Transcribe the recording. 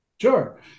Sure